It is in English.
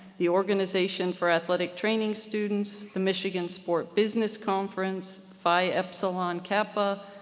the organization for athletic training students, the michigan sport business conference, phi epsilon kappa,